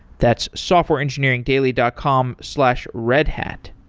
that's softwareengineeringdaily dot com slash redhat.